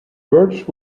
birch